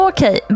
Okej